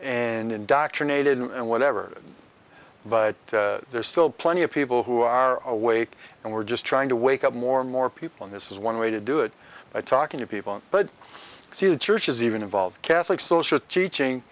and indoctrinated and whatever but there's still plenty of people who are awake and we're just trying to wake up more and more people in this is one way to do it by talking to people but i see the churches even involved catholic social teaching